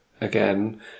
again